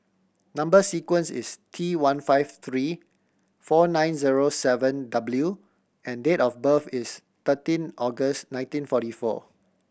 number sequence is T one five three four nine zero seven W and date of birth is thirteen August nineteen forty four